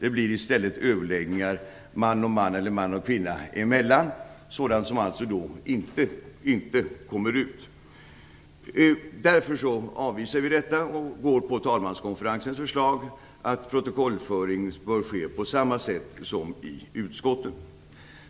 Det blir i stället överläggningar man och man eller man och kvinna emellan, sådant som inte kommer ut. Därför avvisar vi detta och går på talmanskonferensens förslag, att protokollföring bör ske på samma sätt som i utskotten.